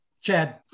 Chad